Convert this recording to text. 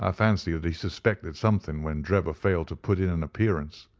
ah fancy that he suspected something when drebber failed to put in an appearance.